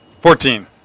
Fourteen